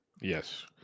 Yes